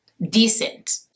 Decent